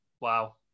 Wow